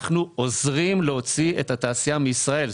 אתם עוזרים פה להוציא את התעשייה מישראל,